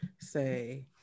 say